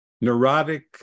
neurotic